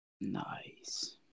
Nice